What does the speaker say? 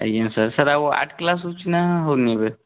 ଆଜ୍ଞା sir sir ଆଉ art class ହେଉଛିନା ହେଉନି ଏବେ